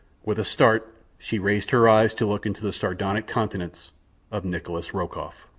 with a start she raised her eyes to look into the sardonic countenance of nikolas rokoff.